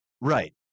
Right